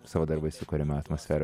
savo darbais sukuriamą atmosferą